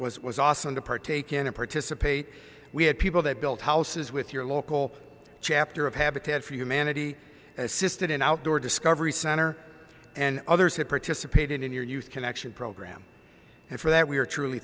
it was awesome to partake in and participate we had people that built houses with your local chapter of habitat for humanity assisted in outdoor discovery center and others who participated in your youth connection program and for that we are truly